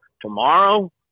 tomorrow